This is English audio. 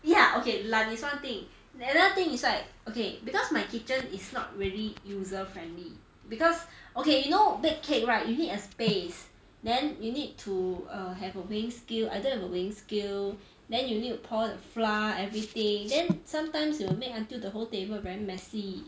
ya okay 懒 is one thing and another thing is right okay because my kitchen is not really user friendly because okay you know bake cake right you need a space then you need to err have a weighing scale I don't have a weighing scale then you need to pour the flour and every thing then sometimes you will make until the whole table very messy